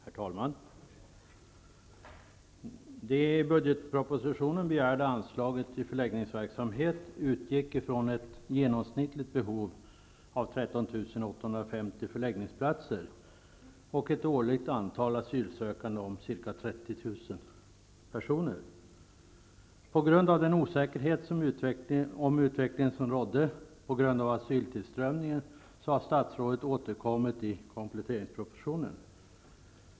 Herr talman! Det i budgetpropositionen begärda anslaget till förläggningsverksamhet utgick från ett genomsnittligt behov av 13 850 förläggningsplatser och ett årligt antal asylsökande om ca 30 000 personer. Mot bakgrund av den osäkerhet om utvecklingen som rådde på grund av asyltillströmningen har statsrådet återkommit i kompletteringspropositionen.